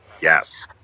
Yes